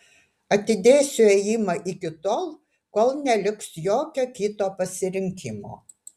atidėsiu ėjimą iki tol kol neliks jokio kito pasirinkimo